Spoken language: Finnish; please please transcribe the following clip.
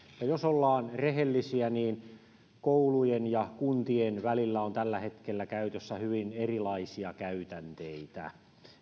ja jos ollaan rehellisiä niin koulujen ja kuntien välillä on tällä hetkellä käytössä hyvin erilaisia käytänteitä